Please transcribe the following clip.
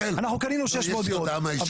אנחנו קנינו 600 דירות.